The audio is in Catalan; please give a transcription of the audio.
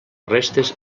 restes